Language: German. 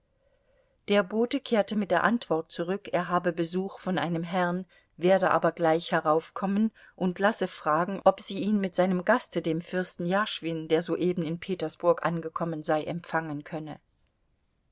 der bote kehrte mit der antwort zurück er habe besuch von einem herrn werde aber gleich heraufkommen und lasse fragen ob sie ihn mit seinem gaste dem fürsten jaschwin der soeben in petersburg angekommen sei empfangen könne